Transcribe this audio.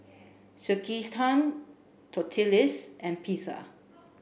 Sekihan Tortillas and Pizza